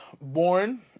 born